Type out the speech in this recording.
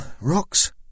Rocks